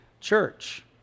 church